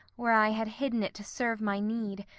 where i had hidden it to serve my need,